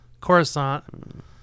Coruscant